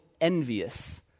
envious